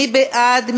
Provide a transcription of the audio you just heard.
מי בעד?